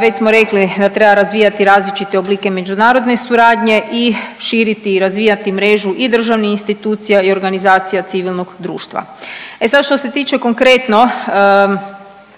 Već smo rekli da treba razvijati različite oblike međunarodne suradnje i širiti i razvijati mrežu i državnih institucija i organizacija civilnog društva. E sad, što se tiče konkretno,